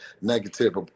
negative